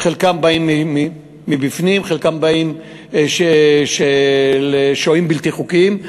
חלקם באים מבפנים, חלקם שוהים בלתי חוקיים.